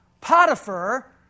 Potiphar